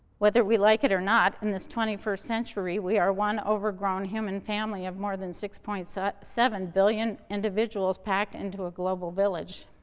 whether we like it or not, in this twenty-first century, we are one overgrown human family of more than six point so seven billion individuals, packed into a global village.